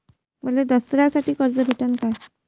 मले दसऱ्यासाठी कर्ज भेटन का?